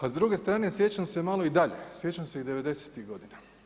A s druge strane sjećam se malo i dalje, sjećam se '90.-tih godina.